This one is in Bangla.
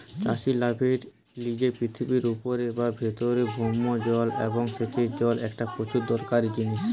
চাষির লাভের জিনে পৃথিবীর উপরের বা গভীরের ভৌম জল এবং সেচের জল একটা প্রচুর দরকারি জিনিস